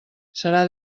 serà